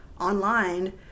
online